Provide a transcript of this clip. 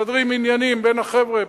מסדרים עניינים בין החבר'ה.